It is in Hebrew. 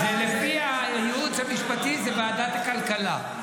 לפי האילוץ המשפטי, זה ועדת הכלכלה.